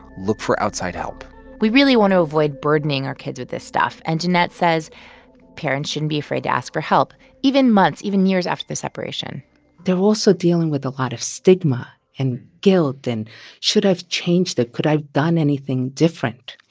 look for outside help we really want to avoid burdening our kids with this stuff. and jeanette says parents shouldn't be afraid to ask for help even months, even years after the separation they're also dealing with a lot of stigma and guilt and should i have changed it, could have done anything different?